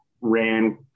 ran